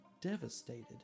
devastated